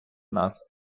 нас